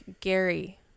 Gary